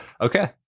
okay